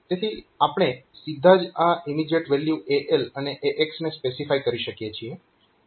તેથી આપણે સીઘી જ આ ઇમીજીએટ વેલ્યુ AL અને AX ને સ્પેસિફાય કરી શકીએ છીએ